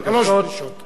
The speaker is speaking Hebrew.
שלושה בקשות,